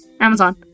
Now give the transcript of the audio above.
Amazon